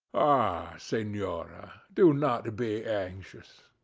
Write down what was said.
ah, senora, do not be anxious.